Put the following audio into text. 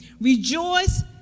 Rejoice